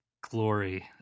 glory